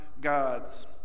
gods